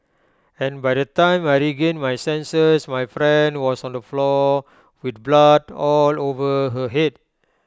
and by the time I regained my senses my friend was on the floor with blood all over her Head